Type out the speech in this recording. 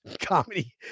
comedy